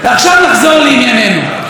ועכשיו נחזור לענייננו.